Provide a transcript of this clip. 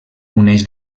uneix